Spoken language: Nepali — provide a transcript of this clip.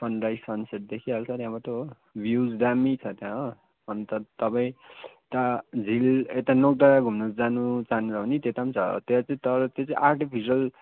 सरराइज सनसेट देखिहाल्छ त्यहाँबाट हो भ्युज दामी छ त्यहाँ हो अन्त तपाईँ यता झिल यता नोक डाँडा घुम्नु जानु चाहनुहुन्छ भने त्यता पनि छ तर त्यो चाहिँ आर्टिफिसियल